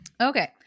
Okay